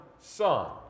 son